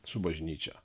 su bažnyčia